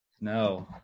No